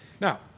Now